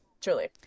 truly